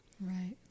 Right